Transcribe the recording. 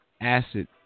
Acid